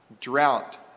drought